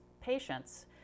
patients